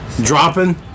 Dropping